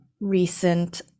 recent